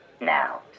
Now